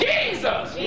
Jesus